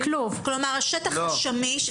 כלומר, השטח הוא שמיש.